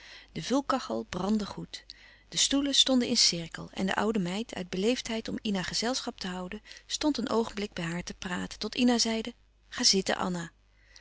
de vulkachel brandde goed de stoelen stonden in cirkel en de oude meid uit beleefdheid om ina gezelschap te houden stond een oogenblik bij haar te praten tot ina zeide ga zitten anna